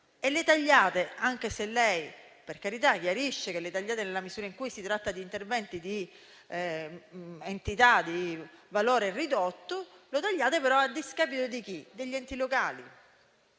le risorse. Anche se lei, per carità, chiarisce che le tagliate nella misura in cui si tratta di interventi di entità e di valore ridotto, le tagliate a discapito degli enti locali